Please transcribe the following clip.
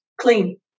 clean